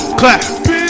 clap